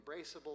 embraceable